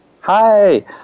Hi